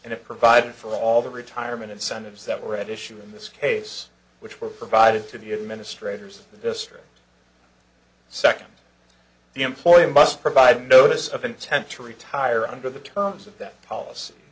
it provided for all the retirement incentives that were at issue in this case which were provided to the administrators of the district second the employer must provide notice of intent to retire under the terms of that policy